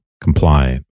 comply